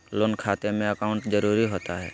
Loan खाते में account जरूरी होता है?